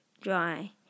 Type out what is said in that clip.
dry